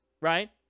right